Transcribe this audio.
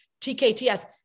TKTS